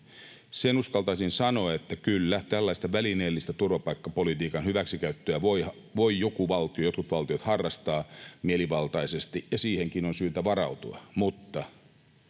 Sen uskaltaisin sanoa, että kyllä, tällaista välineellistä turvapaikkapolitiikan hyväksikäyttöä voivat jotkut valtiot harrastaa mielivaltaisesti ja siihenkin on syytä varautua.